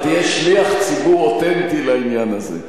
אתה תהיה שליח ציבור אותנטי לעניין הזה.